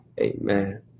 Amen